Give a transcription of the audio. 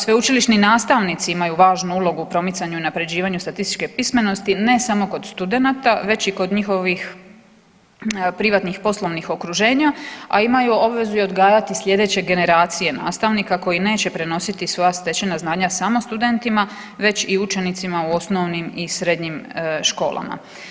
Sveučilišni nastavnici imaju važnu ulogu u promicanju i unaprjeđivanju statističke pismenosti ne samo kod studenata već i kod njihovih privatnih i poslovnih okruženja a imaju obvezu i odgajati slijedeće generacije nastavnika koji neće prenositi svoja stečena znanja samo studentima već i učenicima u osnovnim i srednjim školama.